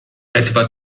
etwa